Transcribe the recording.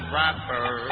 rapper